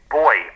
boy